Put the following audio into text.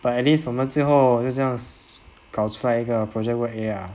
but at least 我们最后就这样搞出来一个 project work a ah